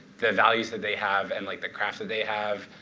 the values that they have, and like the craft that they have,